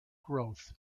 growth